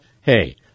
Hey